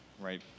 right